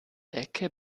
ecke